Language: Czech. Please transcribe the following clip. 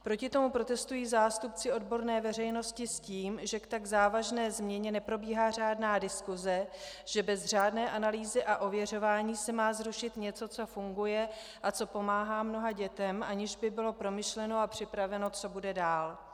Proti tomu protestují zástupci odborné veřejnosti s tím, že k tak závažné změně neprobíhá řádná diskuse, že bez řádné analýzy a ověřování se má zrušit něco, co funguje a co pomáhá mnoha dětem, aniž by bylo promyšleno a připraveno, co bude dál.